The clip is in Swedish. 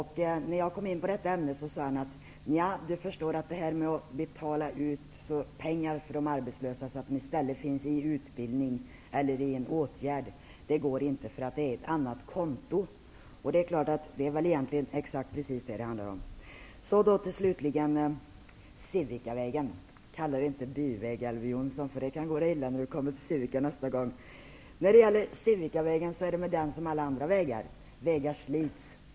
Han menade att det inte går att betala ut pengar för de arbetslösa så att de i stället kan få utbildning eller sättas i åtgärd, därför att det är pengar från olika konto. Det är väl precis det det handlar om. Slutligen vill jag uppmana Elver Jonsson att inte kalla Sivikavägen för byväg. Det kan gå dig illa när du kommer till Sivika nästa gång! Det är med Sivikavägen som med alla andra vägar -- de slits.